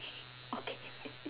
okay